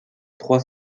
trois